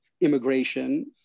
immigration